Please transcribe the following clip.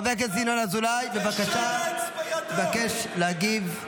חבר הכנסת אזולאי מבקש להגיב.